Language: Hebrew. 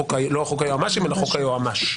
לא חוק היועמ"שים אלא חוק היועמ"ש,